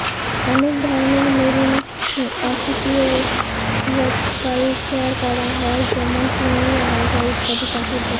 অনেক ধরনের marine aquaculture করা হয় যেমন চিংড়ি, আলগা ইত্যাদি চাষের জন্য